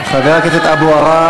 אבל זה לא,